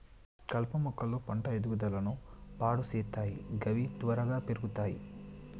కలుపు మొక్కలు పంట ఎదుగుదలను పాడు సేత్తయ్ గవి త్వరగా పెర్గుతయ్